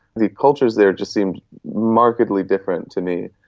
the cultures there just seemed markedly different to me.